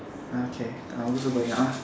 okay I also going out